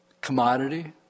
commodity